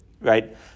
right